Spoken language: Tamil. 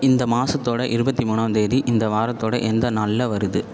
இந்த மாதத்தோட இருபத்தி மூணாம் தேதி இந்த வாரத்தோட எந்த நாளில் வருது